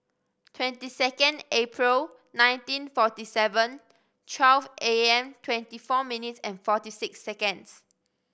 twenty second April nineteen forty seven twelve A M twenty four minutes and forty six seconds